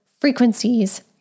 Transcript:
frequencies